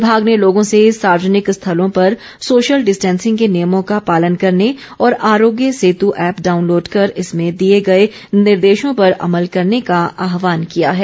विभाग ने लोगों से सार्वजनिक स्थलों पर सोशल डिस्टेंसिंग के नियमों का पालन करने और आरोग्य सेंतु ऐप्प डाउनलोड कर इसमें दिए गए निर्देशों पर अमल करने का आहवान किया है